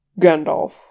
Gandalf